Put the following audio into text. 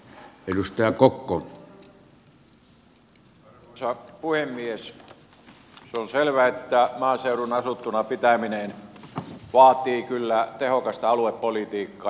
se on selvä että maaseudun asuttuna pitäminen vaatii kyllä tehokasta aluepolitiikkaa